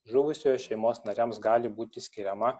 žuvusiojo šeimos nariams gali būti skiriama